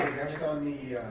next on the